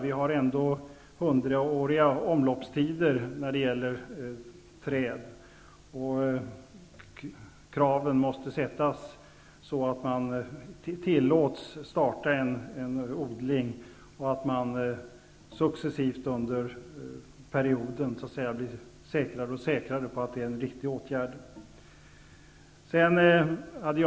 Vi har ändå hundraåriga omloppstider när det gäller träd, och kraven måste sättas så att man tillåts starta en odling och under perioden successivt kan bli säkrare och säkrare på att det är en riktig åtgärd.